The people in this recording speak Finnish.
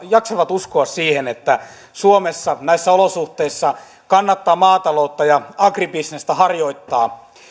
jaksavat uskoa siihen että suomessa näissä olosuhteissa kannattaa maataloutta ja agribisnestä harjoittaa